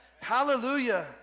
Hallelujah